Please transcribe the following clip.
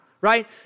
right